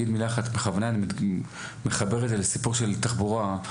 בכוונה אני מחבר את זה לסיפור של תחבורה.